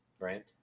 right